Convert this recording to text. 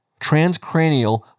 Transcranial